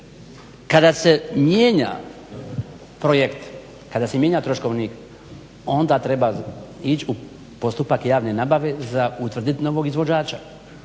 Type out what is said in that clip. kada se mijenja projekt, kada se mijenja troškovnik onda treba ići u postupak javne nabave za utvrditi novog izvođača.